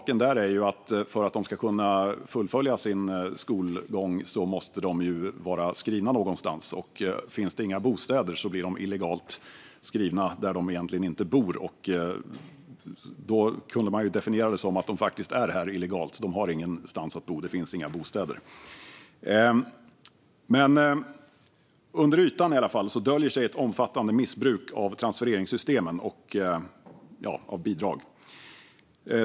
Men för att de ska kunna fullfölja sin skolgång måste de vara skrivna någonstans, och finns det inga bostäder blir de illegalt skrivna där de egentligen inte bor. Då kan det definieras som att de faktiskt är här illegalt. De har ingenstans att bo, för det finna inga bostäder. Under ytan döljer sig ett omfattande missbruk av transfereringssystem och bidrag.